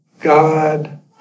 God